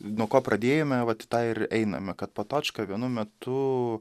nuo ko pradėjome vat į tą ir einame kad patočka vienu metu